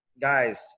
guys